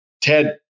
Ted